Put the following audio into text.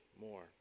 more